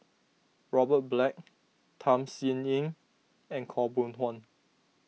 Robert Black Tham Sien Yen and Khaw Boon Wan